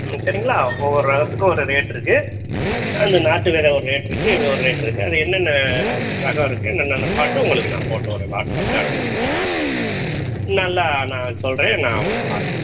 ம் சரிங்களா ஒவ்வொரு ரகத்துக்கு ஒரு ரேட் இருக்குது அந்த நாட்டு விதை ஒரு ரேட் இருக்குது இது ஒரு ரேட் இருக்குது அது என்னென்ன ரகம் இருக்குது என்னென்னன்னு பார்த்து உங்களுக்கு நான் போட்டுவிட்றேன் வாட்ஸ்அப்பில் அனுப்ச்சு விட்றேன் நல்லா நான் சொல்கிறேன் நான் உங்களுக்கு பார்த்து